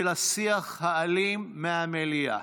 של השיח האלים במליאה.